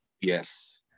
yes